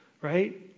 right